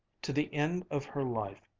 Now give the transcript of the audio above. to the end of her life,